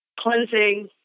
Cleansing